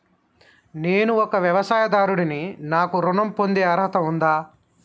నేను ఒక వ్యవసాయదారుడిని నాకు ఋణం పొందే అర్హత ఉందా?